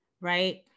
right